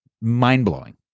mind-blowing